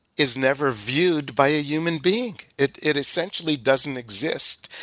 is never viewed by a human being, it it essentially doesn't exist.